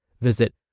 Visit